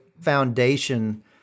foundation